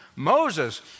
Moses